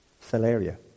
Salaria